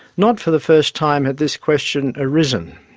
not for the first time had this question arisen.